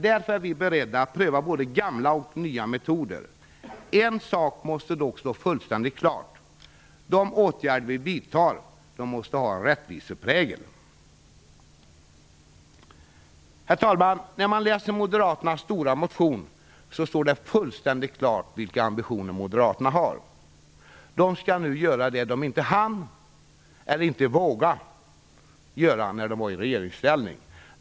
Därför är vi beredda att pröva både gamla och nya metoder. En sak måste dock stå fullständigt klart. De åtgärder vi vidtar måste ha en rättviseprägel. Herr talman! När man läser Moderaternas stora motion står det fullständigt klart vilka ambitioner man har. De skall nu göra det de inte hann eller inte vågade göra i regeringsställning.